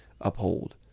uphold